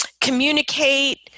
communicate